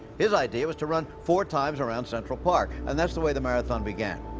his idea was to run four times around central park, and that's the way the marathon began.